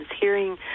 hearing